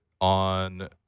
on